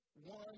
one